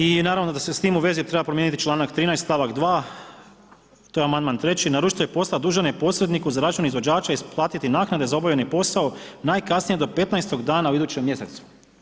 I naravno da se s tim u vezi treba promijeniti članak 13. stavak 2. to je amandman 3. „Naručitelj posla dužan je posredniku za račun izvođača isplatiti naknade za obavljeni posao najkasnije do 15 dana u idućem mjesecu“